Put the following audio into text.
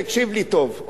תקשיב לי טוב,